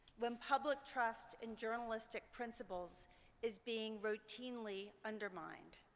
when public trust and journalistic principles is being routinely undermined.